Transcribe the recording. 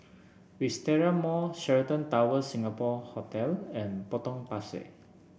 Wisteria Mall Sheraton Towers Singapore Hotel and Potong Pasir